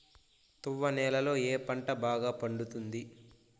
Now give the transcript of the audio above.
తువ్వ నేలలో ఏ పంట బాగా పండుతుంది?